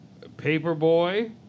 Paperboy